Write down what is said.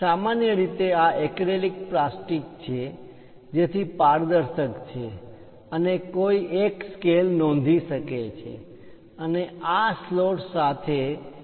સામાન્ય રીતે આ એક્રેલિક પ્લાસ્ટિક છે જેથી પારદર્શક છે અને કોઈ એક સ્કેલ નોંધી શકે છે અને આ સ્લોટ્સ સાથે લીટી ઓ પણ દોરી શકે છે